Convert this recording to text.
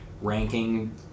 ranking